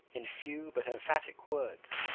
in few but emphatic words,